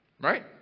Right